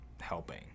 helping